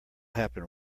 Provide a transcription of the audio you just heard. happen